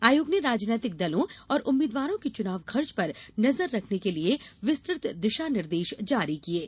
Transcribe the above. आयोग ने राजनीतिक दलों और उम्मीदवारों के चुनाव खर्च पर नंजर रखने के लिए विस्तृत दिशा निर्देश जारी किये हैं